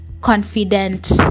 confident